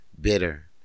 bitter